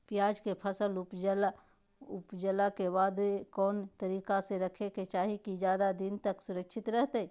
प्याज के फसल ऊपजला के बाद कौन तरीका से रखे के चाही की ज्यादा दिन तक सुरक्षित रहय?